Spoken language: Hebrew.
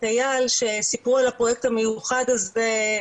אייל שסיפרו על הפרויקט המיוחד הזה,